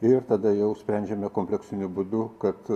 ir tada jau sprendžiame kompleksiniu būdu kad